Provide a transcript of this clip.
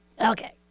Okay